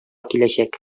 киләчәк